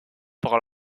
par